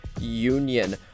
Union